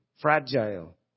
fragile